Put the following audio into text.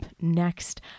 next